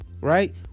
Right